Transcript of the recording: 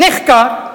נחקר,